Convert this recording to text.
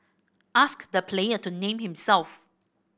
ask the player to name himself